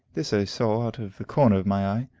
this i saw out of the corner of my eye.